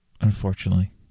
unfortunately